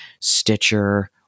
Stitcher